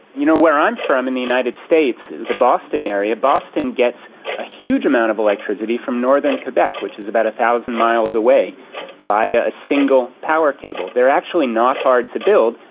you know, where i'm from in the united states, the boston area, boston gets a huge amount of electricity from northern quebec, which is about one thousand miles away via a single power cable. they are actually not hard to build,